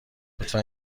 لطفا